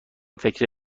فکر